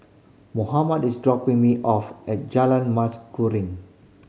Mohammed is dropping me off at Jalan Mas Kuning